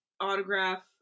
autograph